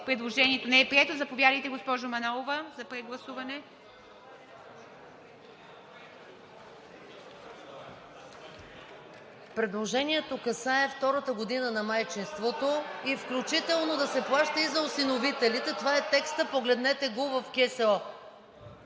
Предложението касае втората година на майчинството (шум и реплики), включително да се плаща и за осиновителите. Това е текстът, погледнете го в КСО